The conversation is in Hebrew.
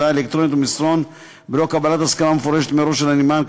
הודעה אלקטרונית או מסרון בלא קבלת הסכמה מפורשת מראש של הנמען,